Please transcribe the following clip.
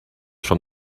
from